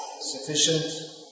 sufficient